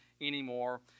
anymore